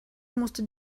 musste